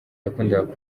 yakundaga